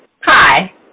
Hi